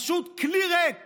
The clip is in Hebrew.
פשוט כלי ריק